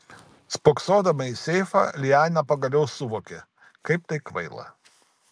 spoksodama į seifą liana pagaliau suvokė kaip tai kvaila